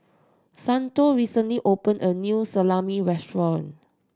Santo recently opened a new Salami Restaurant